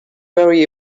worry